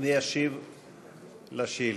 וישיב לשאילתה.